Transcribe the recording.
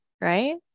Right